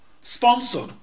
sponsored